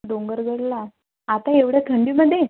डोंगरगडला आता एवढया थंडीमध्ये